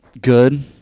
good